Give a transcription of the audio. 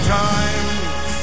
times